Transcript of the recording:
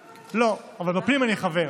לא, אבל בפנים אני חבר.